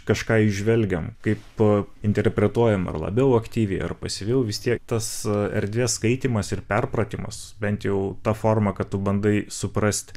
kažką įžvelgiam kaip interpretuojam ar labiau aktyviai ar pasyviau vis tiek tas erdvės skaitymas ir perpratimas bent jau ta forma kad tu bandai suprasti